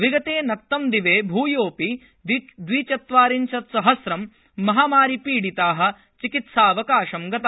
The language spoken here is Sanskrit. विगते नक्तंदिवे भूयोपि दविचत्वारिशतसहस्रं महामारिपीडिता चिकित्सावकाशं गता